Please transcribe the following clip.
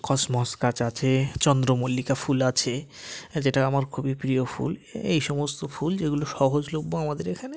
cosmos গাছ আছে চন্দ্রমল্লিকা ফুল আছে হ্যাঁ যেটা আমার খুবই প্রিয় ফুল এই সমস্ত ফুল যেগুলো সহজলভ্য আমাদের এখানে